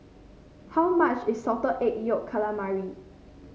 how much is Salted Egg Yolk Calamari